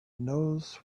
knows